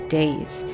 days